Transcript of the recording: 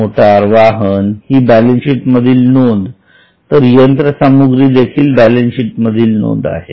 motor वाहन ही balance sheet मधील नोंद तर यंत्रसामुग्री देखील बॅलन्सशीट मधील नोंद आहे